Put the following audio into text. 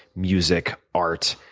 music, art,